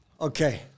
Okay